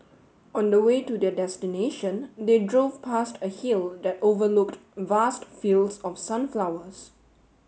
on the way to their destination they drove past a hill that overlooked vast fields of sunflowers